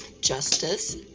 justice